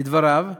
לדבריו,